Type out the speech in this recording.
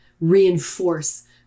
reinforce